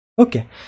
okay